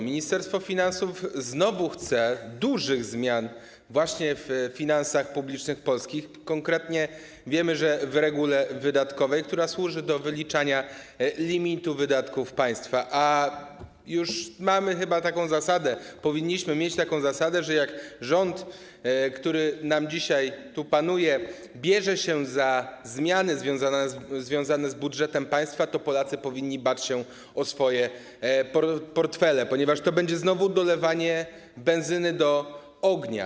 Ministerstwo Finansów znowu chce dużych zmian w finansach publicznych Polski, konkretnie wiemy, że w regule wydatkowej, która służy do wyliczania limitu wydatków państwa, a już mamy chyba taką zasadę, powinniśmy mieć taką zasadę, że jak rząd, który nam dzisiaj tu panuje, bierze się za zmiany związane z budżetem państwa, to Polacy powinni bać się o swoje portfele, ponieważ to będzie znowu dolewanie benzyny do ognia.